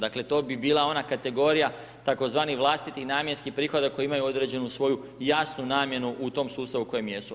Dakle, to bi bila ona kategorija tzv. vlastitih namjenskih prihoda koji imaju određenu svoju jasnu namjenu u tom sustavu u kojem jesu.